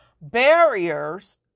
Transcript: barriers